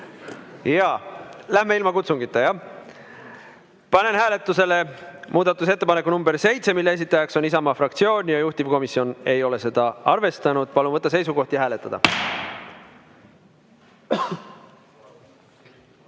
Jaa. Läheme ilma kutsungita, jah? Panen hääletusele muudatusettepaneku nr 7, mille esitajaks on Isamaa fraktsioon ja juhtivkomisjon ei ole seda arvestanud. Palun võtta seisukoht ja hääletada!